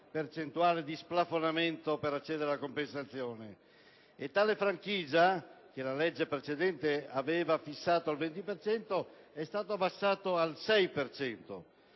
percentuale di splafonamento per accedere alla compensazione. Tale franchigia, che la legge precedente aveva fissato al 20 per cento, è stato abbassato al 6